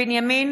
(קוראת בשמות חברי הכנסת) בנימין